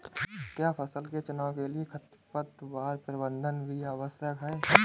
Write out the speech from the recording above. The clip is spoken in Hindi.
क्या फसल के चुनाव के लिए खरपतवार प्रबंधन भी आवश्यक है?